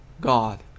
God